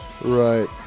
Right